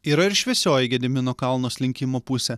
yra ir šviesioji gedimino kalno slinkimo pusė